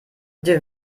dir